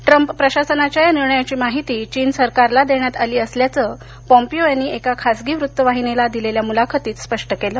Trump प्रशासनाच्या या निर्णयाची माहिती चीन सरकारला देण्यात आली असल्याचं पॉमपीओ यांनी एका खासगी वृत्तवाहिनीला दिलेल्या मुलाखतीत स्पष्ट केलं